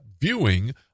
viewing